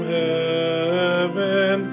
heaven